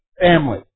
family